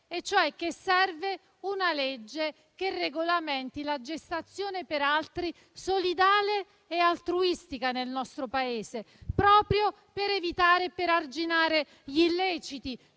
Paese serve una legge che regolamenti la gestazione per altri solidale e altruistica, proprio per evitare ed arginare gli illeciti